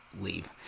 leave